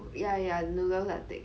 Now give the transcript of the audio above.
yeah yeah the noodles are thick